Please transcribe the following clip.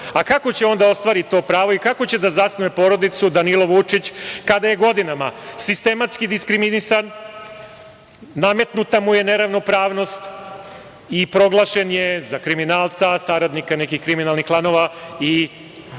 a kako će on da ostvari to pravo i kako će da zasnuje porodicu Danilo Vučić kada je godinama sistematski diskriminisan, nametnuta mu je neravnopravnost i proglašen je za kriminalca, saradnika nekih kriminalnih klanova i